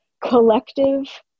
collective